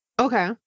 Okay